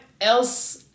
else